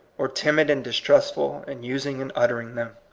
or timid and dis trustful in using and uttering them.